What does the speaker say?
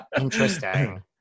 interesting